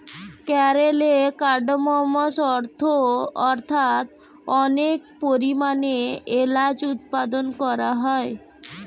কেরলে কার্ডমমস্ অর্থাৎ অনেক পরিমাণে এলাচ উৎপাদন করা হয়